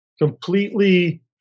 completely